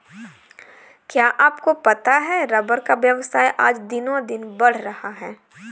क्या आपको पता है रबर का व्यवसाय आज दिनोंदिन बढ़ रहा है?